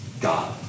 God